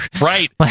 right